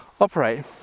operate